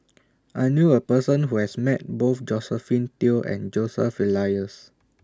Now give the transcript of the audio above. I knew A Person Who has Met Both Josephine Teo and Joseph Elias